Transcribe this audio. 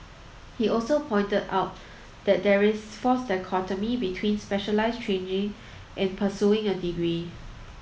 he also pointed out that there is false dichotomy between specialised training and pursuing a degree